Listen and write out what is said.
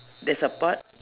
there's a pot